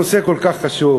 הנושא כל כך חשוב.